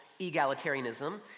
egalitarianism